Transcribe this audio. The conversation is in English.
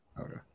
Okay